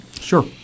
Sure